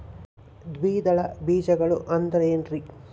ದ್ವಿದಳ ಬೇಜಗಳು ಅಂದರೇನ್ರಿ?